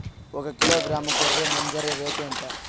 ఒకకిలో గ్రాము గొర్రె నంజర రేటు ఎంత?